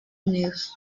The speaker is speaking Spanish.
unidos